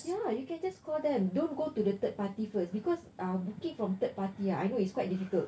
ya you can just call them don't go to the third party first because uh booking from third party ah I know it's quite difficult